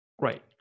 Right